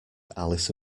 alice